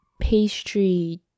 pastry